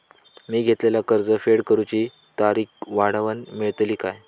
मी घेतलाला कर्ज फेड करूची तारिक वाढवन मेलतली काय?